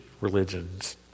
religions